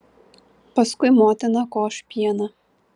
paskui motina koš pieną